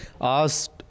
asked